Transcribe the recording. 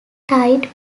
tide